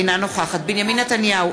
אינה נוכחת בנימין נתניהו,